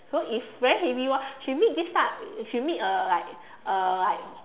so if very heavy [one] she meet this type she meet a like a like